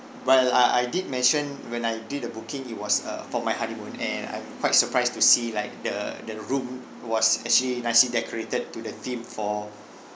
well I I did mention when I did the booking it was uh for my honeymoon and I'm quite surprised to see like the the room was actually nicely decorated to the theme for